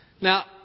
Now